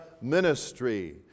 ministry